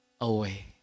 away